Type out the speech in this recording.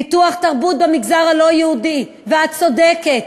פיתוח תרבות במגזר הלא-יהודי, ואת צודקת,